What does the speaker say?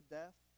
death